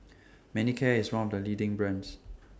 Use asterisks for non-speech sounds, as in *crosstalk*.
Manicare IS one of The leading brands *noise*